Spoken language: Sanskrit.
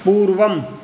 पूर्वम्